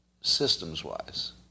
systems-wise